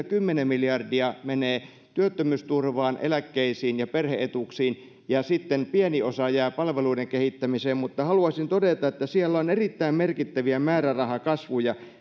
kymmenen miljardia menee työttömyysturvaan eläkkeisiin ja perhe etuuksiin ja sitten pieni osa jää palveluiden kehittämiseen mutta haluaisin todeta että siellä on erittäin merkittäviä määrärahakasvuja